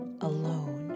alone